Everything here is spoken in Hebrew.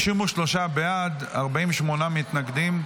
53 בעד, 48 מתנגדים.